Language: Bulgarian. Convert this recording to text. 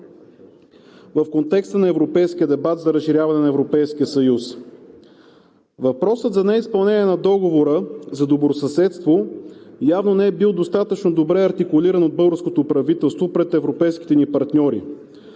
в контекста на европейския дебат за разширяване на Европейския съюз. Въпросът за неизпълнение на Договора за добросъседство явно не е бил достатъчно добре артикулиран от българското правителство пред европейските ни партньори,